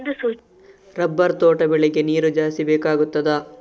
Rubber ತೋಟ ಬೆಳೆಗೆ ನೀರು ಜಾಸ್ತಿ ಬೇಕಾಗುತ್ತದಾ?